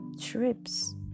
trips